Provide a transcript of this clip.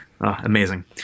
amazing